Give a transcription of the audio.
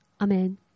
Amen